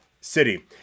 City